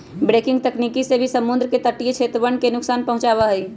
breaking तकनीक से भी समुद्र के तटीय क्षेत्रवन के नुकसान पहुंचावा हई